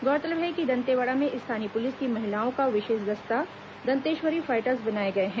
गौरतलब है कि दंतेवाड़ा में स्थानीय पुलिस की महिलाओं का विशेष दस्ता दंतेश्वरी फाइटर्स बनाए गए हैं